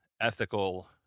ethical